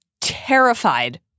terrified